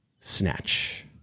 Snatch